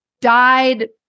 died